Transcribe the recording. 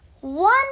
One